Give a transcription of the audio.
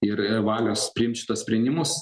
ir valios priimt šituos sprendimus